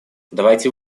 давайте